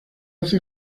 hace